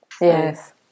Yes